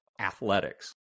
athletics